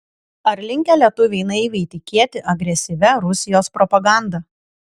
ar linkę lietuviai naiviai tikėti agresyvia rusijos propaganda